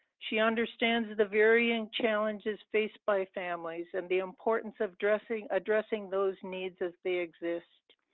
she understands the varying challenges faced by families and the importance of dressing addressing those needs as they exist.